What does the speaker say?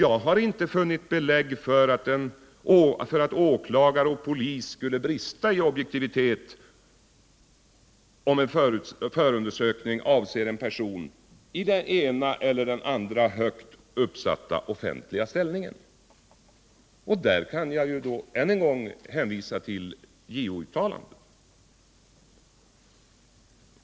Jag har inte funnit belägg för att åklagare och polis skulle brista i objektivitet om en förundersökning avser en högt uppsatt person i den ena eller andra offentliga ställningen. Jag kan därvidlag än en gång hänvisa till JO-uttalandet.